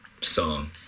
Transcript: song